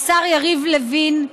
לשר יריב לוין,